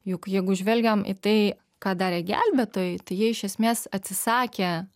juk jeigu žvelgiam į tai ką darė gelbėtojai tai jie iš esmės atsisakė